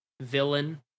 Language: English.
villain